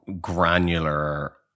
granular